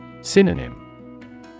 Synonym